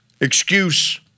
excuse